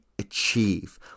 achieve